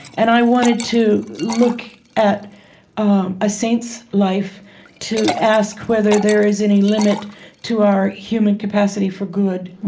and i wanted to look at um a saint's life to ask whether there is any limit to our human capacity for good.